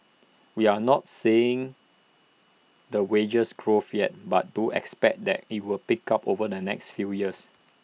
we're not seeing the wage growth yet but do expect that will pick up over the next few years